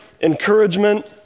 encouragement